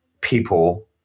people